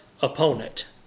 opponent